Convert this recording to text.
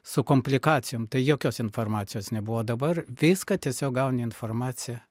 su komplikacijom tai jokios informacijos nebuvo o dabar viską tiesiog gauni informaciją